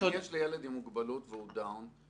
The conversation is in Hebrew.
יש לי ילד עם מוגבלות והוא דאון,